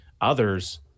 others